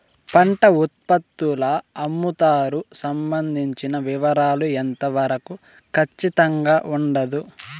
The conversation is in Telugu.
పంట ఉత్పత్తుల అమ్ముతారు సంబంధించిన వివరాలు ఎంత వరకు ఖచ్చితంగా ఉండదు?